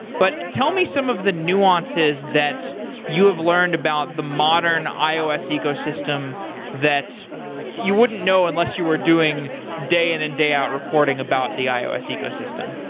but tell me some of the nuances that you've learned about the modern ios ecosystem that's you wouldn't know unless you were doing day-in and day-out reporting about the ios ecosystem.